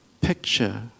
picture